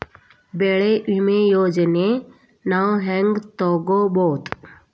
ಬೆಳಿ ವಿಮೆ ಯೋಜನೆನ ನಾವ್ ಹೆಂಗ್ ತೊಗೊಬೋದ್?